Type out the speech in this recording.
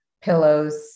pillows